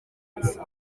munsi